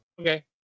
Okay